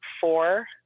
four